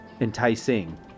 enticing